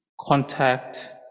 contact